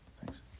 Thanks